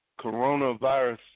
coronavirus